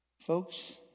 folks